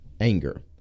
anger